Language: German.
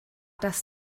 das